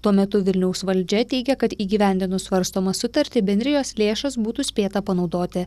tuo metu vilniaus valdžia teigia kad įgyvendinus svarstomą sutartį bendrijos lėšas būtų spėta panaudoti